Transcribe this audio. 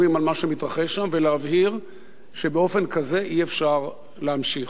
מה שמתרחש שם ולהבהיר שבאופן כזה אי-אפשר להמשיך.